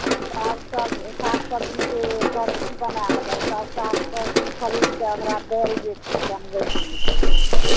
साग सभ साग सबजीके परची बना लेबै सभ साग सबजी खरीद कऽ ओकरा देल जेतै बनबयके लिए